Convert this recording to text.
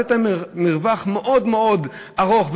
לתת להם מרווח מאוד מאוד ארוך.